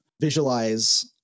visualize